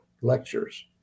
lectures